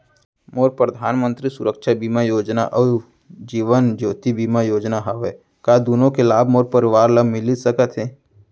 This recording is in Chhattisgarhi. मोर परधानमंतरी सुरक्षा बीमा योजना अऊ जीवन ज्योति बीमा योजना हवे, का दूनो के लाभ मोर परवार ल मिलिस सकत हे?